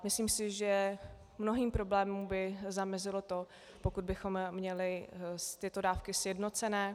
Myslím si, že mnohým problémům by zamezilo to, pokud bychom měli ty dávky sjednocené.